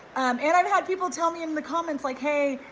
and i've had people tell me in the comments like, hey,